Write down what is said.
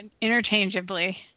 interchangeably